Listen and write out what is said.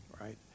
right